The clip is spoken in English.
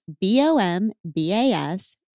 B-O-M-B-A-S